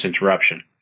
interruption